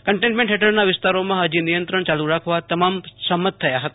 containment હેઠળના વિસ્તારોમાં હજી નિયંત્રણ ચાલુ રાખવા તમામ સમંત થયા હતા